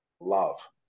love